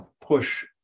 push